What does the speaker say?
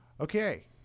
Okay